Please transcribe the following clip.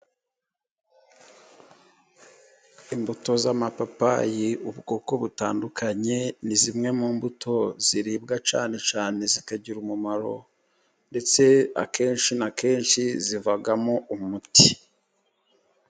Imbuto z'amapapayi, ubwoko butandukanye ni zimwe mu mbuto ziribwa cyane cyane zikagira umumaro, ndetse akenshi na kenshi zivamo umuti.